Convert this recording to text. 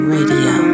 Radio